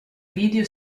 video